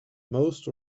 most